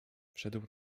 wszedł